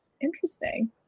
Interesting